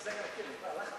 לרשותך שלוש דקות.